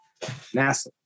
NASA